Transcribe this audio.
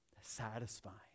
satisfying